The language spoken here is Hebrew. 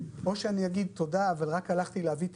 או שאני אגיד: תודה אבל רק הלכתי להביא את